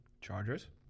Chargers